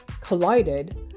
collided